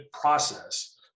process